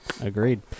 Agreed